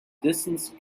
distance